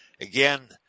again